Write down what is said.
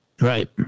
Right